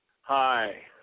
Hi